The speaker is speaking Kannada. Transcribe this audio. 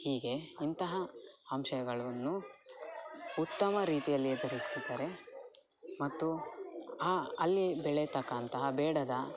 ಹೀಗೆ ಇಂತಹ ಅಂಶಗಳನ್ನು ಉತ್ತಮ ರೀತಿಯಲ್ಲಿ ಎದುರಿಸಿದರೆ ಮತ್ತು ಅಲ್ಲಿಯೇ ಬೆಳೆಯತಕ್ಕಂತಹ ಬೇಡದ